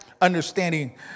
Understanding